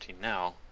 now